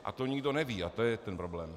A to nikdo neví a to je ten problém.